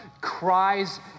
cries